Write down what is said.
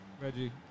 Reggie